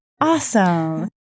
Awesome